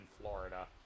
Florida